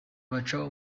baca